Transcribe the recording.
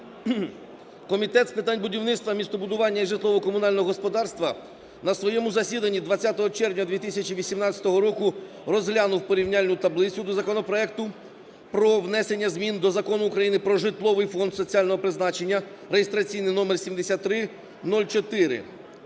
Комітет з питань будівництва, містобудування і житлово-комунального господарства на своєму засіданні 20 червня 2018 року розглянув порівняльну таблицю до законопроекту про внесення змін до Закону України "Про житловий фонд соціального призначення" (реєстраційний номер 7304),